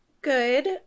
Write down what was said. Good